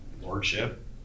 lordship